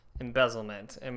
embezzlement